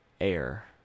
air